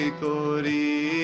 kori